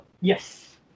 yes